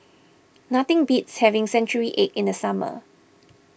nothing beats having Century Egg in the summer